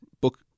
book